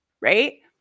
right